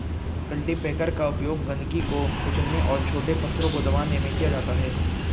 cultipacker का उपयोग गंदगी को कुचलने और छोटे पत्थरों को दबाने में किया जाता है